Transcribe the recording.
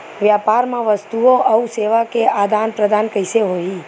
व्यापार मा वस्तुओ अउ सेवा के आदान प्रदान कइसे होही?